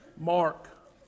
Mark